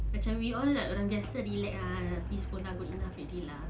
macam we all orang biasa relax ah pergi sekolah good enough already ah